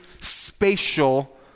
spatial